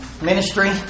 ministry